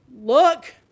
Look